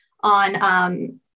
on